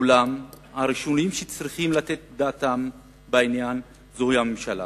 אולם הראשונה שצריכה לתת דעתה בעניין זוהי הממשלה,